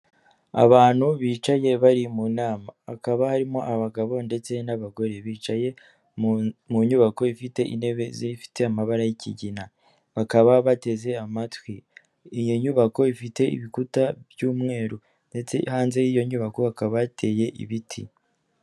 Abantu bicaye bari mu nama, hakaba harimo abagabo ndetse n'abagore bicaye mu nyubako ifite intebe zi ifite amabara y'ikigina, bakaba bateze amatwi iyo nyubako ifite ibikuta by'umweru ndetse hanze y'iyo nyubako hakaba yateye ibiti.